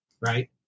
right